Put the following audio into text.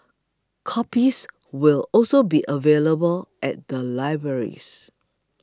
copies will also be available at the libraries